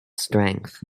strength